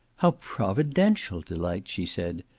how providential, delight! she said.